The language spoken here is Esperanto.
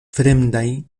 fremdaj